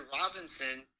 Robinson